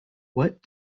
what